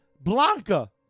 Blanca